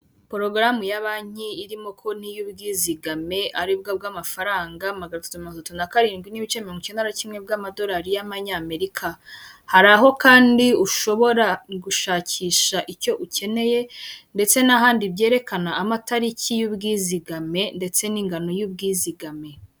Porogaramu ya banki irimo konti y'ubwizigame aribwo bw'amafaranga magatatu mirongo tatu na karindwi n'ibice mirongo icyenda na kimwe by'amadolari ya Amerika hari aho kandi ushobora gushakisha icyo ukeneye ndetse n'ahandi byerekana amatariki y'ubwizigame ndetse n'ingano y'ubwizigame.